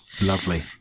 Lovely